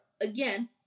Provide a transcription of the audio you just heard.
again